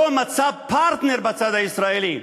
לא מצאה פרטנר בצד הישראלי,